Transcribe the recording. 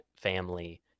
family